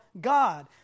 God